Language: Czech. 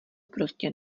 prostě